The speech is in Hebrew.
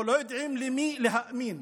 או לא יודעים למי להאמין: